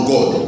God